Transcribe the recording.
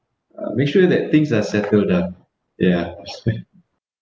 uh make sure that things are settled ah ya